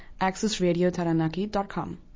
accessradiotaranaki.com